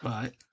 Right